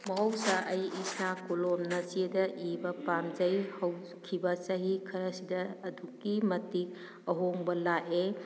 ꯃꯍꯧꯁꯥ ꯑꯩ ꯏꯁꯥ ꯀꯣꯂꯣꯝꯅ ꯆꯦꯗ ꯏꯕ ꯄꯥꯝꯖꯩ ꯍꯧꯈꯤꯕ ꯆꯍꯤ ꯈꯔꯁꯤꯗ ꯑꯗꯨꯛꯀꯤ ꯃꯇꯤꯛ ꯑꯍꯣꯡꯕ ꯂꯥꯛꯑꯦ